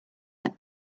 that